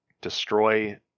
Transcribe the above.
destroy